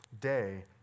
day